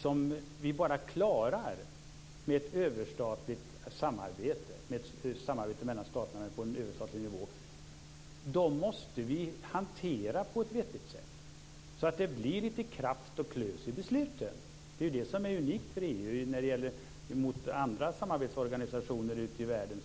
som vi bara klarar med ett överstatligt samarbete - ett samarbete mellan staterna på en överstatlig nivå - måste vi hantera på ett vettigt sätt. Det måste bli lite kraft och klös i besluten! Det är ju det som är unikt för EU om man jämför med andra samarbetsorganisationer ute i världen.